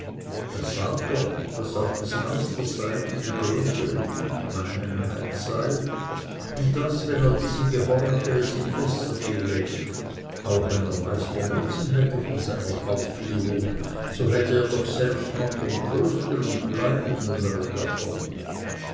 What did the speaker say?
er sah doch daß auf des meisters seite die größere gutmeinenheit sei und daß wenn er diesem gehorche es ihm besser gehe und wenn auch der meister nutzen hätte von seiner guten aufführung so hätte er selbst doch noch den größern und bleibenderen davon